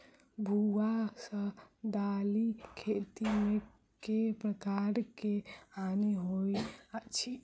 भुआ सँ दालि खेती मे केँ प्रकार केँ हानि होइ अछि?